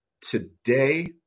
today